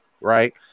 right